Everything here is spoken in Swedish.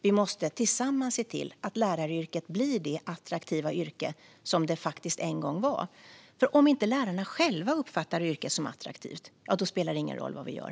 Vi måste tillsammans se till att läraryrket blir det attraktiva yrke som det faktiskt en gång var. Om inte lärarna själva uppfattar yrket som attraktivt spelar det ingen roll vad vi gör.